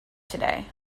today